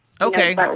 okay